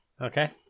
Okay